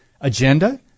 agenda